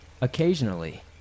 Occasionally